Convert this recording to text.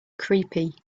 creepy